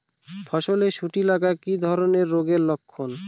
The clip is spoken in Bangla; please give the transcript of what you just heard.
ফসলে শুটি লাগা কি ধরনের রোগের লক্ষণ?